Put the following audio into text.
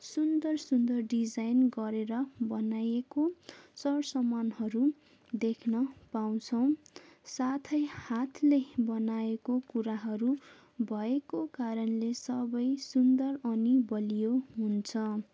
सुन्दर सुन्दर डिजाइन गरेर बनाइएको सर सामानहरू देख्न पाउँछौँ साथै हातले बनाएको कुराहरू भएको कारणले सबै सुन्दर अनि बलियो हुन्छ